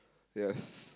yes